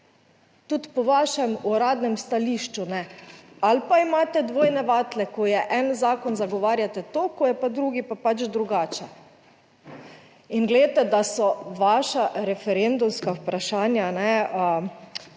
Tudi po vašem uradnem stališču ne, ali pa imate dvojne vatle, ko je en zakon, zagovarjate to, ko je pa drugi pa pač drugače. In glejte, da so vaša referendumska vprašanja,